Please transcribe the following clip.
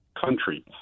country